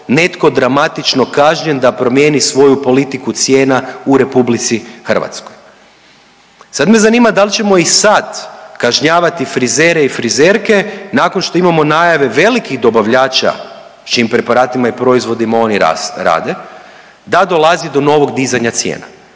netko dramatično kažnjen da promijeni svoju politiku cijena u RH. Sad me zanima dal ćemo i sad kažnjavati frizere i frizerke nakon što imamo najave velikih dobavljača s čijim preparatima i proizvodima oni rade, da dolazi do novog dizanja cijena,